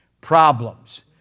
problems